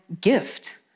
gift